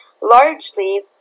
largely